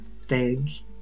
stage